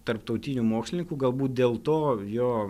tarptautinių mokslininkų galbūt dėl to jo